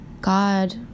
God